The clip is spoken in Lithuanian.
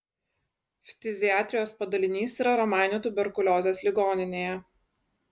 ftiziatrijos padalinys yra romainių tuberkuliozės ligoninėje